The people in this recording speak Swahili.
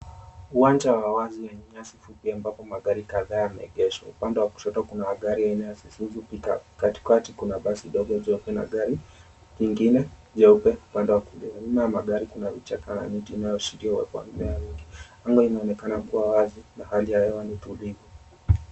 Uwanja wa wazi wenye nyasi fupi ambapo magari kadhaa yameegeshwa, upande wa kushoto kuna gari aina ya Isuzu pickup , katikati kuna basi ndogo jeupe na gari jingine jeupe upande wa kulia. 𝑁yuma ya magari kuna vichaka na miti inayoshukiwa kuwa mimea mingi. Anga inaonekana kuwa wazi na hali ya hewa ni tulivu.